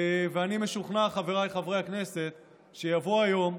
אני משוכנע, חבריי חברי הכנסת, שיבוא היום,